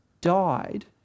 died